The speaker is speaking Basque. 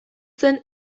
zen